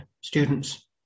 students